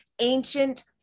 ancient